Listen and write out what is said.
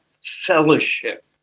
fellowship